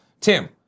Tim